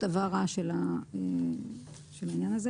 שזה התאריך הקובע לצורך העניין.